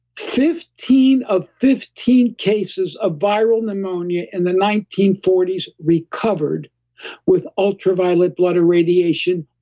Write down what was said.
fifteen of fifteen cases of viral pneumonia in the nineteen forty s recovered with ultraviolet blood irradiation,